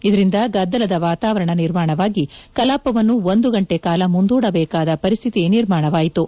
ಇದರಿಂದ ಗದ್ದಲದ ವಾತಾವರಣ ನಿರ್ಮಾಣವಾಗಿ ಕಲಾಪವನ್ನು ಒಂದು ಗಂಟೆ ಕಾಲ ಮುಂದೂಡಬೇಕಾದ ಪರಿಸ್ತಿತಿ ನಿರ್ಮಾಣವಾಯಿತು